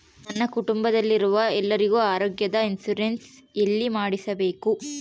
ನನ್ನ ಕುಟುಂಬದಲ್ಲಿರುವ ಎಲ್ಲರಿಗೂ ಆರೋಗ್ಯದ ಇನ್ಶೂರೆನ್ಸ್ ಎಲ್ಲಿ ಮಾಡಿಸಬೇಕು?